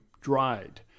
dried